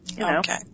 Okay